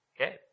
Okay